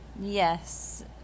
Yes